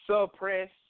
suppress